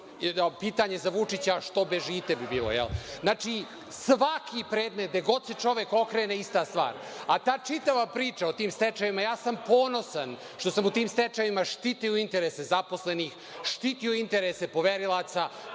Pitanje za Vučića bi bilo, što bežite. Znači, svaki predmet, gde god se čovek okrene ista stvar.A ta čitava priča o tim stečajevima, ja sam ponosan što sam u tim stečajevima štitio interese zaposlenih, štitio interese poverilaca